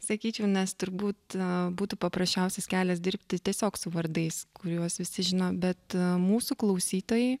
sakyčiau nes turbūt būtų paprasčiausias kelias dirbti tiesiog su vardais kuriuos visi žino bet mūsų klausytojai